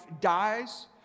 dies